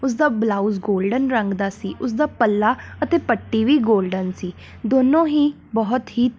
ਉਸ ਦਾ blouse golden ਰੰਗ ਦਾ ਸੀ ਉਸ ਦਾ ਪੱਲਾ ਅਤੇ ਪੱਟੀ ਵੀ ਗੋਲਡਨ ਸੀ ਦੋਨੋਂ ਹੀ ਬਹੁਤ ਹੀ